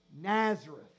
Nazareth